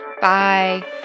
Bye